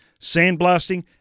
sandblasting